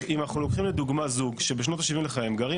אם אנחנו לוקחים לדוגמה זוג שבשנות ה-70 לחייהם גרים